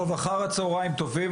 אחר הצוהריים טובים,